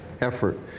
effort